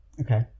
Okay